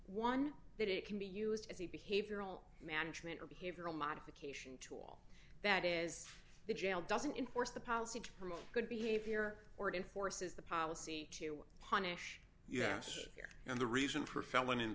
one that it can be used as a behavioral management or behavioral modification that is the jail doesn't enforce the policy to promote good behavior or enforces the policy to punish us here and the reason for felon in